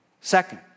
Second